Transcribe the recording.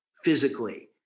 physically